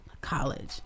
college